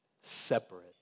separate